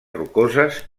rocoses